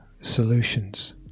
Solutions